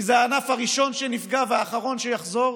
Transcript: כי זה הענף הראשון שנפגע והאחרון שיחזור.